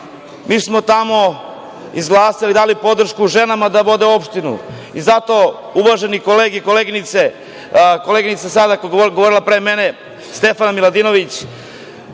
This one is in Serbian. mi smo tamo izglasali, dali podršku ženama da vode opštinu. Uvažene kolege i koleginice, koleginica koja je govorila pre mene, Stefana Miladinović,